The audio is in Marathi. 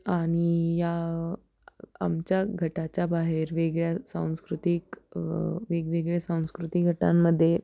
आणि या आमच्या गटाच्या बाहेर वेगळ्या सांस्कृतिक वेगवेगळ्या सांस्कृती गटांमध्ये